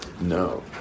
no